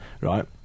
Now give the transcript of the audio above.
right